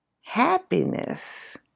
Happiness